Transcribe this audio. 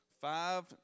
five